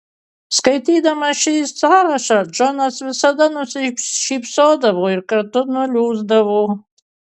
skaitydamas šį sąrašą džonas visada nusišypsodavo ir kartu nuliūsdavo